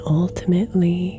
ultimately